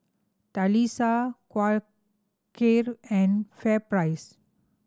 Quaker and FairPrice